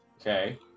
Okay